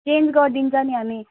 change गरिदिन्छ नि हामी